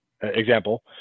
Example